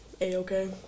A-okay